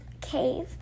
cave